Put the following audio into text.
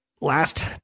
Last